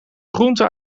groenten